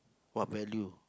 what value